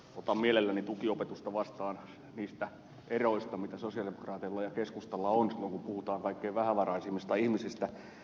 otan mielelläni tukiopetusta vastaan niistä eroista mitä sosialidemokraateilla ja keskustalla on silloin kun puhutaan kaikkein vähävaraisimmista ihmisistä